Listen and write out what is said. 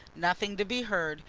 nothing to be heard,